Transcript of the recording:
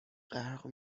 غرق